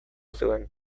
zuen